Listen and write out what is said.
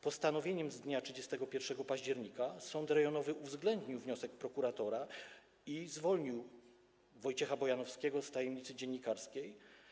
Postanowieniem z dnia 31 października sąd rejonowy uwzględnił wniosek prokuratora i zwolnił Wojciecha Bojanowskiego z tajemnicy dziennikarskiej.